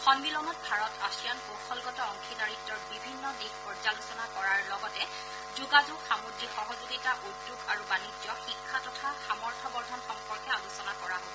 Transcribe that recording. সন্মিলনত ভাৰত আছিয়ান কৌশলগত অংশীদাৰিত্বৰ বিভিন্ন দিশ পৰ্যালোচনা কৰাৰ লগতে যোগাযোগ সামুদ্ৰিক সহযোগিতা উদ্যোগ আৰু বাণিজ্য শিক্ষা তথা সামৰ্থ বৰ্ধন সম্পৰ্কে আলোচনা কৰা হব